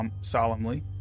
solemnly